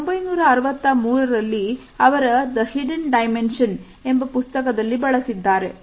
1963 ರಲ್ಲಿ ಅವರ The Hidden Dimension ಎಂಬ ಪುಸ್ತಕದಲ್ಲಿ ಬಳಸಿದ್ದಾರೆ